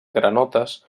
granotes